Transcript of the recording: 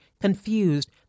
confused